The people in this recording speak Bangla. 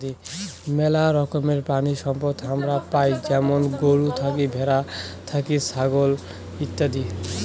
মেলা রকমের প্রাণিসম্পদ হামারা পাই যেমন গরু থাকি, ভ্যাড়া থাকি, ছাগল ইত্যাদি